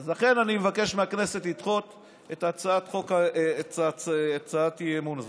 לכן אני מבקש מהכנסת לדחות את הצעת האי-אמון הזאת.